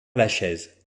lachaise